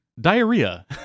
diarrhea